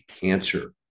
cancer